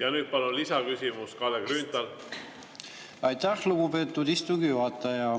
Ja nüüd palun lisaküsimus, Kalle Grünthal. Aitäh, lugupeetud istungi juhataja!